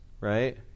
Right